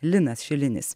linas šilinis